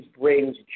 brings